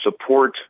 support